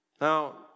Now